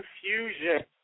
confusion